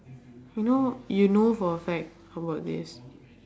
you know you know for a fact about this